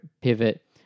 pivot